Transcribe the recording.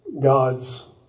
God's